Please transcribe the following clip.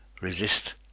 resist